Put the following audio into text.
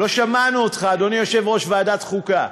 לא שמענו אותך, אדוני יושב-ראש ועדת החוקה.